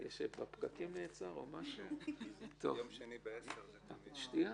ההפחתה היא מהחוב, ולכן אם חייב זכאי לאותה